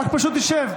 רק פשוט תשב.